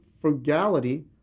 frugality